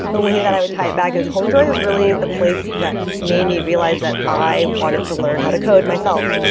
the way that i would type it back is homejoy is really the place that made me realize that i wanted to learn how to code myself.